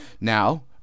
now